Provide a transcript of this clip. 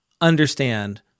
understand